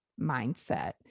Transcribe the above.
mindset